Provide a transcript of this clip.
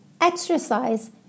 exercise